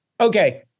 Okay